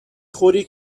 خوری